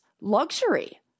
luxury